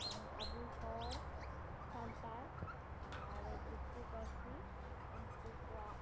ᱚᱱᱮ ᱟᱵᱚ ᱦᱚᱲ ᱥᱟᱱᱛᱟᱲ ᱟᱨ ᱫᱤᱠᱩ ᱯᱟᱹᱨᱥᱤ ᱩᱱᱠᱩ ᱠᱚᱣᱟᱜ